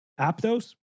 Aptos